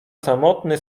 samotny